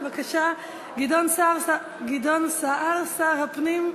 גדעון סער, שר הפנים,